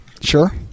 sure